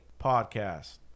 podcast